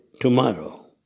tomorrow